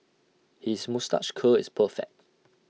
his moustache curl is perfect